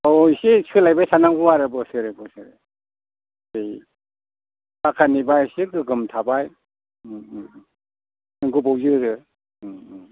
अ एसे सोलायबाय थानांगौ आरो बोसोरै बोसोरै ओइ पाक्कानिब्ला एसे गोगोम थाबाय गोबाव जोरो